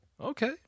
Okay